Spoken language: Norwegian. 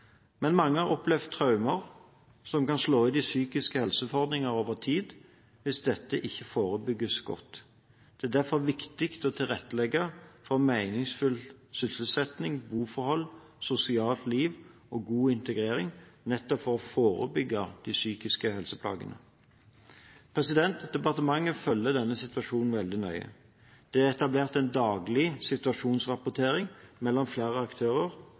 Men mange har opplevd traumer som kan slå ut i psykiske helseutfordringer over tid hvis dette ikke forebygges godt. Det er derfor viktig å tilrettelegge for meningsfull sysselsetting, boforhold, sosialt liv og god integrering nettopp for å forebygge de psykiske helseplagene. Departementet følger denne situasjonen veldig nøye. Det er etablert en daglig situasjonsrapportering mellom flere aktører,